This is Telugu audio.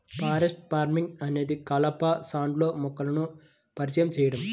ఫారెస్ట్ ఫార్మింగ్ అనేది కలప స్టాండ్లో మొక్కలను పరిచయం చేయడం